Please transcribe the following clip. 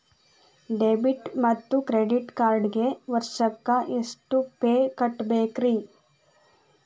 Debit ಮತ್ತು credit ಕಾರ್ಡ್ಗೆ ವರ್ಷಕ್ಕ ಎಷ್ಟ ಫೇ ಕಟ್ಟಬೇಕ್ರಿ?